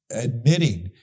admitting